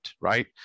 right